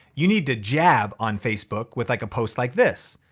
you need to jab on facebook with like a posts like this.